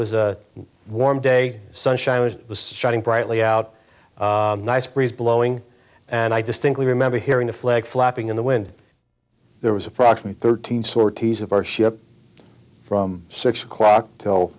was a warm day sunshine it was shining brightly out nice breeze blowing and i distinctly remember hearing the flag flapping in the wind there was approximately thirteen sorties of our ship from six o'clock till